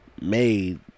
Made